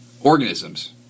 organisms